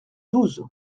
douze